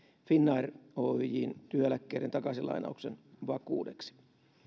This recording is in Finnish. finnair oyjn työeläkkeiden takaisinlainauksen vakuudeksi